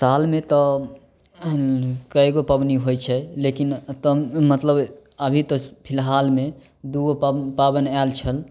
सालमे तऽ कयगो पबनि होइ छै लेकिन एतए मतलब अभी तऽ फिलहालमे दुगो पाबनि आयल छल